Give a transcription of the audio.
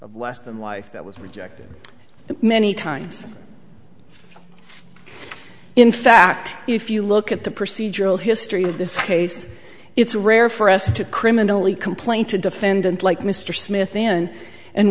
western life that was rejected many times in fact if you look at the procedural history of this case it's rare for us to criminally complaint a defendant like mr smith in and